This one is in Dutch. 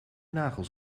nagels